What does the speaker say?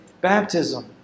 baptism